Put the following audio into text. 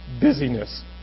busyness